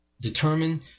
determine